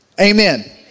amen